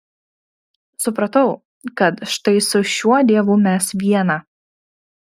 supratau kad štai su šiuo dievu mes viena